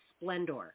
Splendor